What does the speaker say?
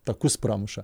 takus pramuša